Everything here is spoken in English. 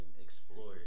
explore